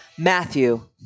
Matthew